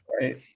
Right